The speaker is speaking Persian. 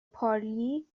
پارلی